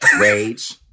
Rage